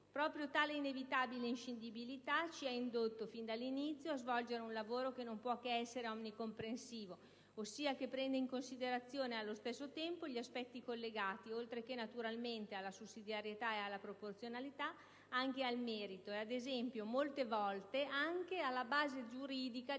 Proprio tale inevitabile inscindibilità ci ha indotto, fin dall'inizio, a svolgere un lavoro che non può essere che onnicomprensivo, ossia che prende in considerazione allo stesso tempo gli aspetti collegati, oltre che naturalmente alla sussidiarietà e alla proporzionalità, anche al merito e, ad esempio, molte volte, anche alla base giuridica di emanazione